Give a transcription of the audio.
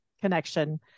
connection